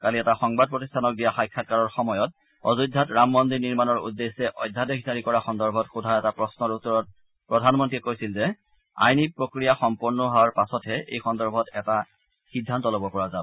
কালি এটা সংবাদ প্ৰতিষ্ঠানক দিয়া সাক্ষাৎকাৰৰ সময়ত অযোধ্যাত ৰাম মন্দিৰ নিৰ্মাণৰ উদ্দেশ্যে অধ্যাদেশ জাৰি কৰা সন্দৰ্ভত সোধা এটা প্ৰশ্নৰ উত্তৰত প্ৰধানমন্ত্ৰীয়ে কয় যে আইনী প্ৰক্ৰিয়া সম্পূৰ্ণ হোৱাৰ পাছতহে এই সন্দৰ্ভত এটা সিদ্ধান্ত ল'ব পৰা যাব